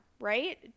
right